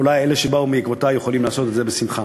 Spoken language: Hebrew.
אולי אלה שבאים בעקבותי יכולים לעשות את זה בשמחה.